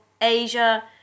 Asia